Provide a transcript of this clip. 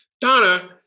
Donna